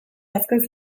azken